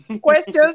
questions